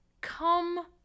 come